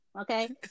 okay